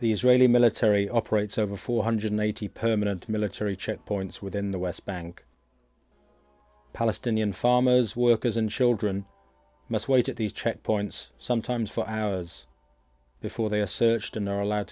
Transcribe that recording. the israeli military operates over four hundred eighty permanent military checkpoints within the west bank palestinian farmers workers and children must wait at these checkpoints sometimes for hours before they are searched and are allowed